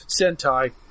Sentai